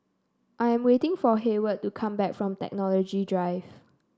I'm waiting for Heyward to come back from Technology Drive